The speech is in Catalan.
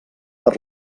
per